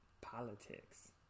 Politics